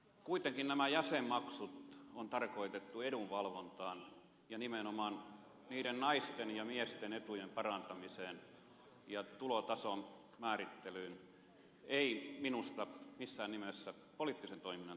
kuitenkin nämä jäsenmaksut on tarkoitettu edunvalvontaan ja nimenomaan niiden naisten ja miesten etujen parantamiseen ja tulotason määrittelyyn ei minusta missään nimessä poliittisen toiminnan tukemiseen